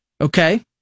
Okay